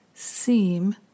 Seem